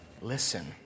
listen